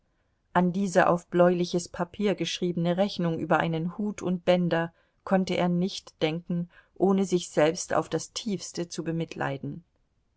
an diese auf bläuliches papier geschriebene rechnung über einen hut und bänder konnte er nicht denken ohne sich selbst auf das tiefste zu bemitleiden